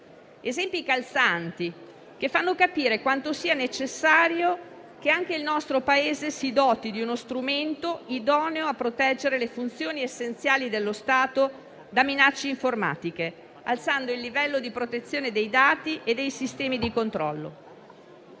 esempi calzanti, che fanno capire quanto sia necessario che anche il nostro Paese si doti di uno strumento idoneo a proteggere le funzioni essenziali dello Stato da minacce informatiche, alzando il livello di protezione dei dati e dei sistemi di controllo.